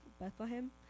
Bethlehem